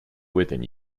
within